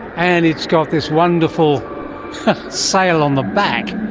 and it's got this wonderful sail on the back.